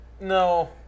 No